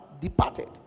departed